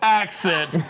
accent